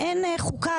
מעין חוקה,